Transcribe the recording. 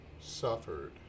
suffered